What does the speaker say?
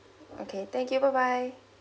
okay thank you bye bye